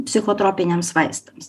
psichotropiniams vaistams